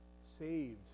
saved